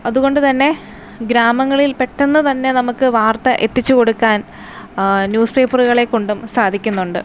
ഗ്രാമങ്ങളിൽ പെട്ടെന്ന് തന്നെ നമുക്ക് വാർത്ത എത്തിച്ചുകൊടുക്കാൻ ന്യൂസ് പേപ്പറുകളെ കൊണ്ടും സാധിക്കുന്നുണ്ട്